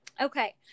Okay